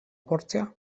porcja